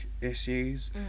issues